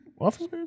officers